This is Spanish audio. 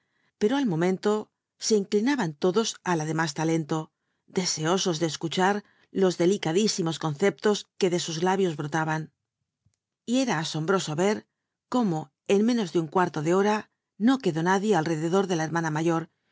pero al momento se inclinaban tutlos it la dt mits talen lo dcsco os tic escuchar lo t clicatlisimo tonceplos que de sus labios brotaban y era a omhro o rcr cómo en ménos de un cuarto de llora no quedó nadie al rededor de la hermana mayor